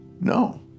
No